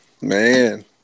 Man